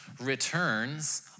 returns